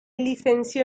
licenció